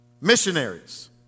missionaries